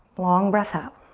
long breath out.